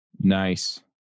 Nice